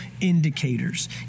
indicators